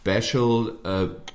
special